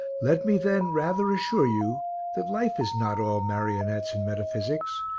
let me, then, rather assure you that life is not all marionettes and metaphysics,